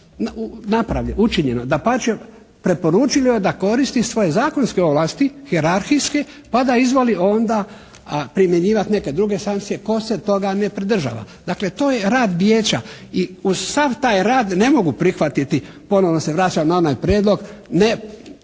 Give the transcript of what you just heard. napravljeno, učinjeno. Dapače, preporučili joj da koristi svoje zakonske ovlasti, hijerarhijske pa da izvoli onda primjenjivati neke druge sankcije tko se toga ne pridržava. Dakle, to je rad Vijeća i uz sav taj rad ne mogu prihvatiti ponovno se vraćam na onaj prijedlog, ne